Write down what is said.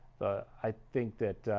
i think that